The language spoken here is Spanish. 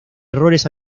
errores